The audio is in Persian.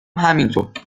همینطور